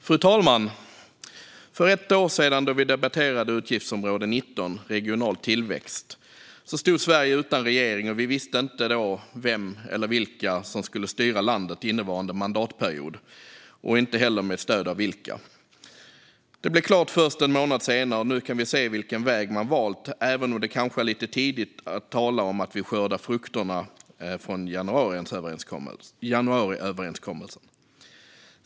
Fru talman! När vi för ett år sedan debatterade utgiftsområde 19 Regional tillväxt stod Sverige utan regering. Vi visste inte då vem eller vilka som skulle styra landet innevarande mandatperiod och inte heller med stöd av vilka. Det blev klart först en månad senare. Vi kan nu se vilken väg man valt, även om det kanske är lite tidigt att tala om att vi skördar frukterna från januariöverenskommelsen.